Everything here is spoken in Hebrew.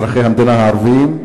אזרחי המדינה הערבים,